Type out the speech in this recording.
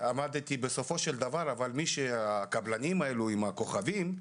בסופו של דבר יש את הקבלנים האלה עם הכוכבים,